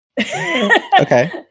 okay